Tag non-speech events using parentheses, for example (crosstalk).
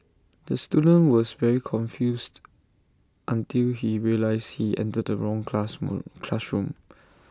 the student was very confused (noise) until he realised he entered the wrong (unintelligible) classroom